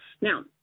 Now